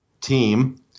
team